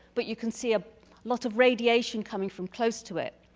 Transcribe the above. but you can see a lot of radiation coming from close to it.